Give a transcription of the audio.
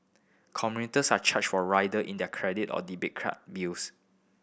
commuters are charged for rider in their credited or debit card bills